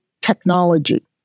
technology